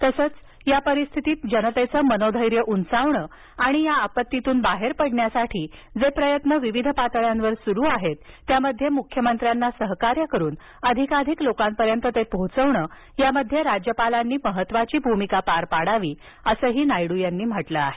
तसंच या परिस्थितीत जनतेचं मनोधेर्य उंचावणं तसंच या आपत्तीतून बाहेर पाडण्यासाठी जे प्रयत्न विविध पातळ्यांवर सुरु आहेत त्यामध्ये मुख्यमंत्र्यांना सहकार्य करून अधिकाधिक लोकांपर्यंत ते पोहोचविणयामध्ये राज्यपालांनी महत्त्वाची भूमिका पार पाडावी असंही नायडू यांनी म्हटलं आहे